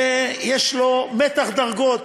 ויש לו מתח דרגות,